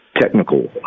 technical